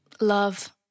love